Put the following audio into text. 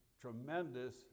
tremendous